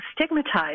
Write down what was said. stigmatized